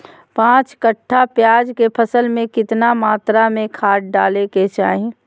पांच कट्ठा प्याज के फसल में कितना मात्रा में खाद डाले के चाही?